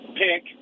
pick